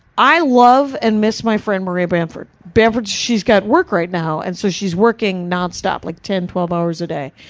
i love and miss my friend maria banford. banford, she's got work right now, and so she's working nonstop, like ten twelve hours a day.